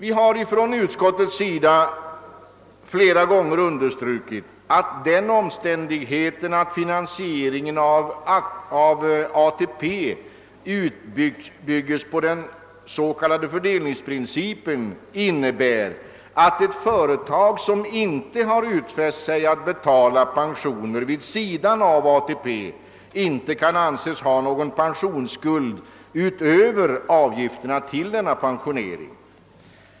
I utskottet har vi flera gånger understrukit att den omständigheten att finansieringen av ATP byggs upp på den s, k. fördelningsprincipen innebär att ett företag som inte har utfäst sig att betala pensioner vid sidan av ATP inte kan anses ha någon pensionsskuld utöver avgifterna till denna pensionering.